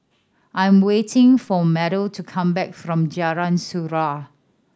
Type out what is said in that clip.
I am waiting for Meadow to come back from Jalan Surau